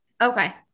Okay